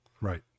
Right